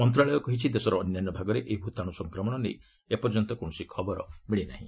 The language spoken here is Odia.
ମନ୍ତ୍ରଣାଳୟ କହିଛି ଦେଶର ଅନ୍ୟାନ୍ୟ ଭାଗରେ ଏହି ଭୂତାଣୁ ସଂକ୍ରମଣ ନେଇ ଏ ପର୍ଯ୍ୟନ୍ତ କୌଣସି ଖବର ମିଳିନାହିଁ